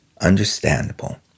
understandable